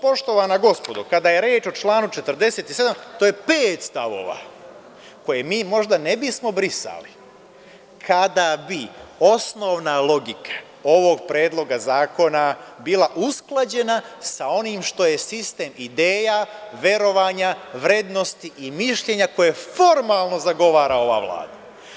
Poštovana gospodo, kada je reč o članu 47, to je pet stavova, koje mi možda ne bismo brisali kada bi osnovna logika ovog Predloga zakona bila usklađena sa onim što je sistem ideja, verovanja, vrednosti i mišljenja koje formalno zagovara ova Vlada.